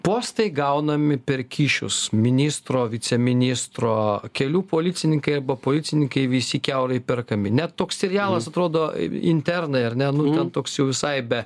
postai gaunami per kyšius ministro viceministro kelių policininkai arba policininkai visi kiaurai perkami net toks serialas atrodo internai ar ne nu ten toks jau visai be